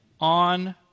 on